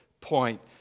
point